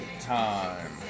time